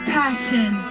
passion